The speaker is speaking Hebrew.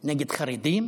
נגד חרדים,